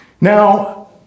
Now